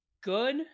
good